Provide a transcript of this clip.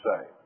say